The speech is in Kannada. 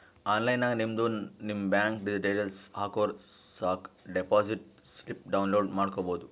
ಆನ್ಲೈನ್ ನಾಗ್ ನಿಮ್ದು ನಿಮ್ ಬ್ಯಾಂಕ್ ಡೀಟೇಲ್ಸ್ ಹಾಕುರ್ ಸಾಕ್ ಡೆಪೋಸಿಟ್ ಸ್ಲಿಪ್ ಡೌನ್ಲೋಡ್ ಮಾಡ್ಕೋಬೋದು